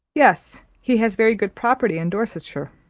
yes he has very good property in dorsetshire.